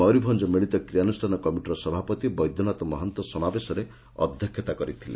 ମୟରଭଞ୍ ମିଳିତ କାର୍ଯ୍ୟାନୁଷ୍ଠାନ କମିଟିର ସଭାପତି ବୈଦ୍ୟନାଥ ମହାନ୍ତ ସମାବେଶରେ ଅଧ୍ଧକ୍ଷତା କରିଥିଲେ